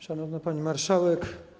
Szanowna Pani Marszałek!